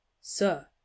sir